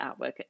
artwork